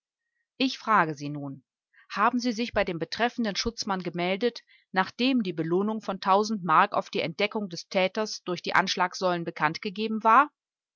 ich frage sie nun haben sie sich bei dem betreffenden schutzmann gemeldet nachdem die belohnung von tausend mark auf die entdeckung des täters durch die anschlagsäulen bekannt gegeben war